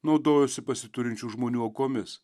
naudojosi pasiturinčių žmonių aukomis